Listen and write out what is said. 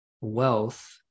wealth